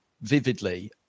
vividly